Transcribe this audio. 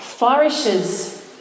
Flourishes